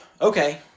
okay